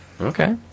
Okay